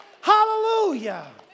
Hallelujah